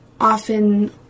often